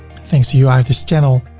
thanks to you, i have this channel.